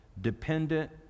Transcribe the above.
dependent